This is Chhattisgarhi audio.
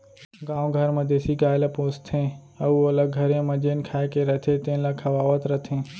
गाँव घर म देसी गाय ल पोसथें अउ ओला घरे म जेन खाए के रथे तेन ल खवावत रथें